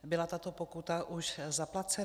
Byla tato pokuta už zaplacena?